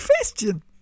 question